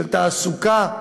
של תעסוקה,